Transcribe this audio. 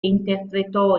interpretò